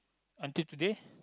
until today